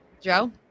Joe